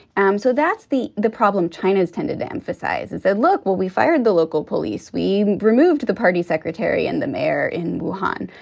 um so that's the the problem china's tended to emphasize is that look. well, we fired the local police. we removed the party secretary and the mayor in wuhan.